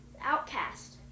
Outcast